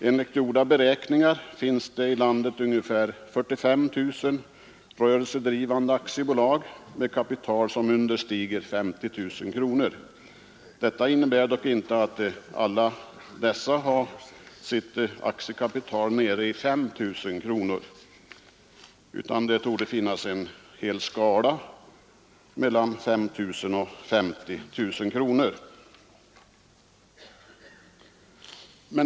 Enligt gjorda beräkningar finns det i landet ungefär 45 000 rörelsedrivande aktiebolag med kapital som understiger 50 000 kronor. Detta innebär dock inte att alla dessa har sitt aktiekapital nere i 5 000 kronor, utan det torde finnas en hel skala mellan 5 000 och 50 000 kronor.